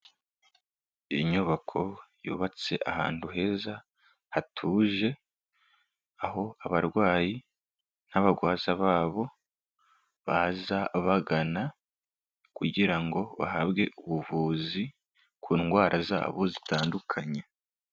Inyubako yubatse ahantu heza, hatuje, aho abarwayi n'abagwaza babo, baza bagana kugira ngo bahabwe ubuvuzi ku ndwara zabo zitandukanye.